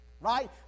right